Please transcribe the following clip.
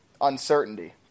uncertainty